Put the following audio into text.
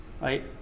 right